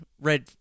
red